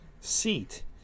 seat